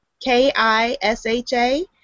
K-I-S-H-A